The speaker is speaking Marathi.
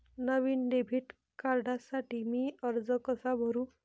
नवीन डेबिट कार्डसाठी मी अर्ज कसा करू?